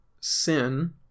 sin